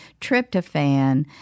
tryptophan